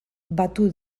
batu